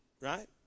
right